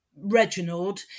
Reginald